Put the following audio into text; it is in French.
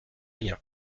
rien